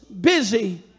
busy